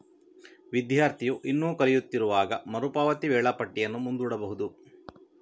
ವಿದ್ಯಾರ್ಥಿಯು ಇನ್ನೂ ಕಲಿಯುತ್ತಿರುವಾಗ ಮರು ಪಾವತಿ ವೇಳಾಪಟ್ಟಿಯನ್ನು ಮುಂದೂಡಬಹುದು